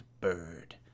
bird